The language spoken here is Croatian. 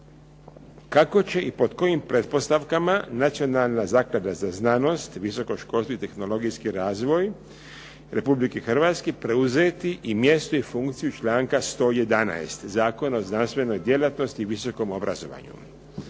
kako će i pod kojim pretpostavkama Nacionalna zaklada za znanost, visoko školstvo i tehnologijski razvoj Republike Hrvatske preuzeti i mjesto i funkciju članka 111. Zakona o znanstvenoj djelatnosti i visokom obrazovanju.